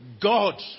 God